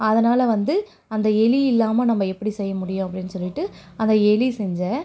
அதனால் வந்து அந்த எலி இல்லாமல் நம்ம எப்படி செய்ய முடியும் அப்படின்னு சொல்லிவிட்டு அந்த எலி செஞ்சேன்